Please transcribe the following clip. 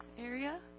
area